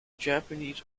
japanese